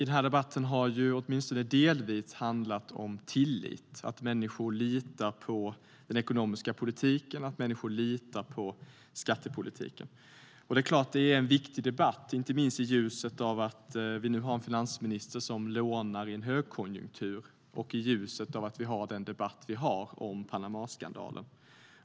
Herr talman! Den här debatten har åtminstone handlat om tillit, att människor litar på den ekonomiska politiken, att människor litar på skattepolitiken. Det är klart att det är en viktig debatt, inte minst i ljuset av att vi nu har en finansminister som lånar i högkonjunktur och i ljuset av att vi har den debatt som vi har om Panamaskandalen.